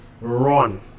run